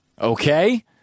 Okay